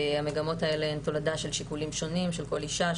והמגמות האלה הן תולדה של שיקולים שונים של כל אישה.